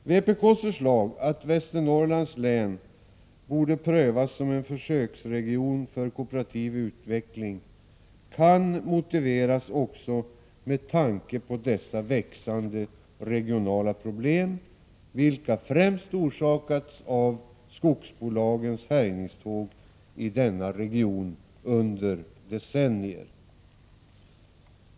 Vpk:s förslag att Västernorrlands län borde prövas som en försöksregion för kooperativ utveckling kan motiveras också med tanke på dessa växande regionala problem, vilka främst orsakats av skogsbolagens ”härjningståg” i denna region under decennier.